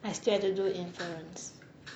I still had to do inference